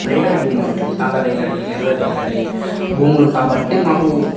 రేగడి భూములు నల్ల రేగడి ఎర్ర రేగడి భూములు కాబట్టి మాకు